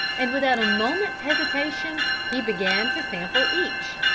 and without a moment's hesitation he began to sample each,